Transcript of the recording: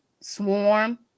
Swarm